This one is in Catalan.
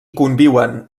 conviuen